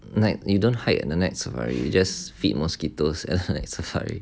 like you don't hike at night safari you just feed mosquitoes at night safari